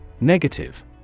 Negative